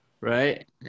right